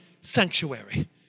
sanctuary